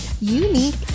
unique